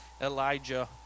Elijah